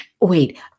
Wait